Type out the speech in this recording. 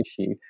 issue